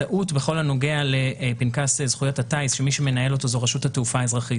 מדובר בטעות כמעט קרובה לטכנית שנפלה בחוק ולפני מספר חודשים התחוורה.